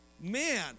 man